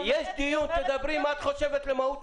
יש דיון, תדברי מה את חושבת על מהות החוק.